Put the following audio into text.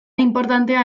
inportantea